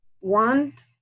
want